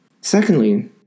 Secondly